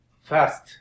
Fast